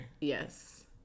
Yes